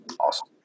Awesome